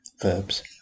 verbs